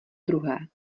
druhé